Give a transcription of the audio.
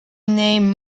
name